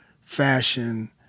fashion